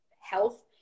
health